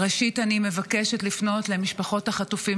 ראשית אני מבקשת לפנות למשפחות החטופים